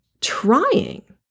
trying